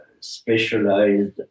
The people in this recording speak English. specialized